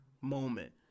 moment